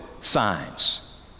signs